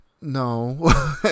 no